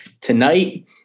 tonight